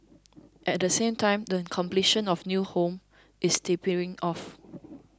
at the same time the completion of new homes is tapering off